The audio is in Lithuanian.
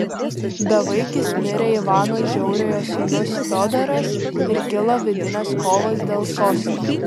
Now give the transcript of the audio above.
bevaikis mirė ivano žiauriojo sūnus fiodoras ir kilo vidinės kovos dėl sosto